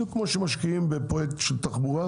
בדיוק כמו שמשקיעים בפרויקט של תחבורה,